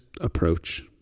approach